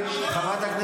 מה אתה רוצה?